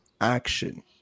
action